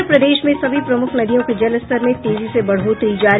और प्रदेश में सभी प्रमुख नदियों के जलस्तर में तेजी से बढ़ोतरी जारी